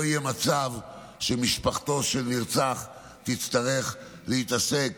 לא יהיה מצב שמשפחתו של נרצח תצטרך להתעסק